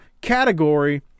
category